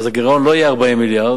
הגירעון לא יהיה 40 מיליארד,